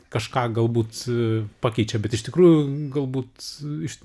kažką galbūt pakeičia bet iš tikrųjų galbūt iš